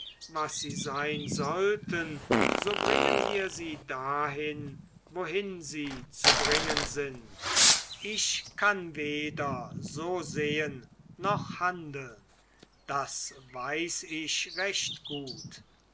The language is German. was sie sein sollten so bringen wir sie dahin wohin sie zu bringen sind ich kann weder so sehen noch handeln das weiß ich recht gut